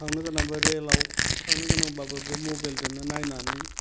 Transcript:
थांनो गोनांबा रेलाव थांनो गोनांबाबो बे मबेलदोनो नायनानै